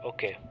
Okay